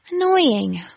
Annoying